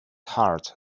heart